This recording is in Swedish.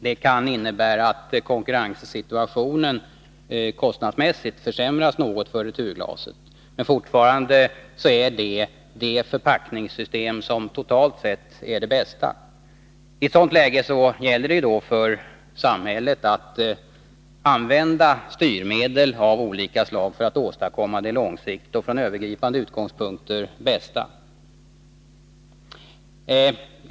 Det kan innebära att konkurrenssituationen kostnadsmässigt försämras något för returglaset, men fortfarande är detta det förpackningssystem som totalt sett är bäst. I ett sådant läge gäller det för samhället att använda styrmedel av olika slag för att åstadkomma det långsiktigt och från övergripande utgångspunkter bästa.